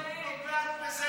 אם לא היית נוגעת בזה,